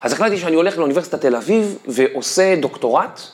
אז החלטתי שאני הולך לאוניברסיטת תל אביב ועושה דוקטורט.